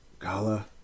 Gala